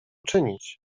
czynić